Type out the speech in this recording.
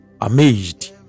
amazed